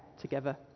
together